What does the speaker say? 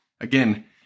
again